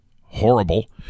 horrible